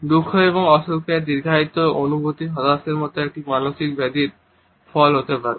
দুঃখ এবং অসুখের দীর্ঘায়িত অনুভূতি হতাশার মতো একটি মানসিক ব্যাধির ফল হতে পারে